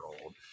old